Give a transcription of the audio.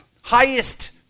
highest